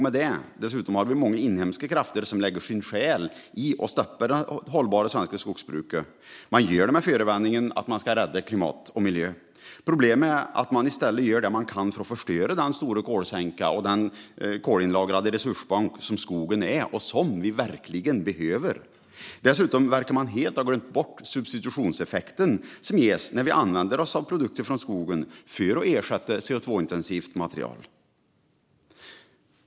Dessutom finns många inhemska krafter som lägger ned sin själ i att stoppa det hållbara svenska skogsbruket. Det gör de under förevändningen att rädda både klimat och miljö. Problemet är att de i stället gör det de kan för att förstöra den stora kolsänka och kolinlagrande resursbank som skogen är och som vi verkligen behöver. Dessutom verkar de helt ha glömt bort substitutionseffekten som ges när man använder sig av produkter från skogen för att ersätta CO2-intensiva material.